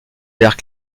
vert